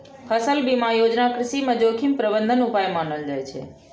फसल बीमा योजना कृषि मे जोखिम प्रबंधन उपाय मानल जाइ छै